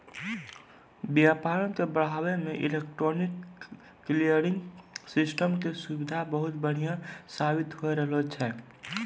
व्यापारो के बढ़ाबै मे इलेक्ट्रॉनिक क्लियरिंग सिस्टम के सुविधा बहुते बढ़िया साबित होय रहलो छै